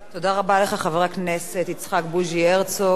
תודה רבה לך, חבר הכנסת יצחק בוז'י הרצוג.